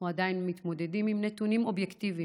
אנחנו עדיין מתמודדים עם נתונים אובייקטיביים.